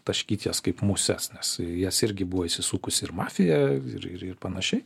taškyt jas kaip muses nes į jas irgi buvo įsisukusi ir mafija ir ir ir panašiai